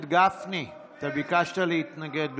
גפני, אתה ביקשת להתנגד.